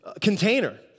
container